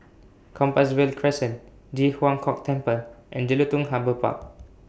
Compassvale Crescent Ji Huang Kok Temple and Jelutung Harbour Park